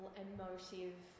emotive